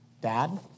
Dad